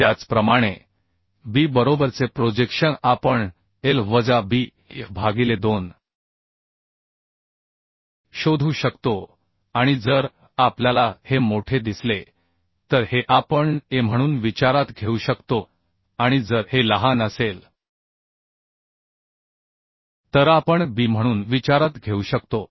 त्याचप्रमाणे B बरोबरचे projection आपण L वजा B f भागिले 2 शोधू शकतो आणि जर आपल्याला हे मोठे दिसले तर हे आपण A म्हणून विचारात घेऊ शकतो आणि जर हे लहान असेल तर आपण B म्हणून विचारात घेऊ शकतो